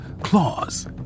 claws